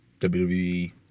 WWE